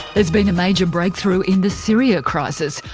there's been a major breakthrough in the syria crisis,